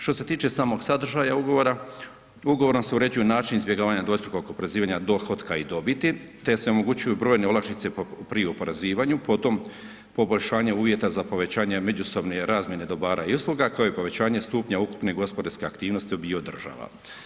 Što se tiče samog sadržaja ugovora, ugovorom se uređuju način izbjegavanja dvostrukog oporezivanja dohotka i dobiti, te se omogućuju brojne olakšice pri oporezivanju, potom poboljšanje uvjeta za povećanje međusobne razmjene dobara i usluga, koje je povećanje stupnja ukupne gospodarske aktivnosti obiju država.